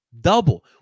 double